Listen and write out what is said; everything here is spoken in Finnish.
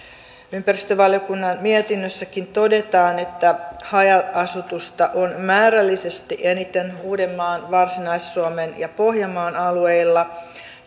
ympäristövaliokunnan mietinnössäkin todetaan että haja asutusta on määrällisesti eniten uudenmaan varsinais suomen ja pohjanmaan alueilla